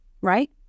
right